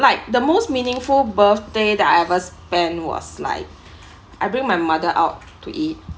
like the most meaningful birthday that I ever spent was like I bring my mother out to eat